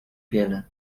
wiele